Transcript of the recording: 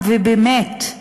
ובאמת,